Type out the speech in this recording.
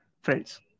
friends